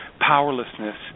powerlessness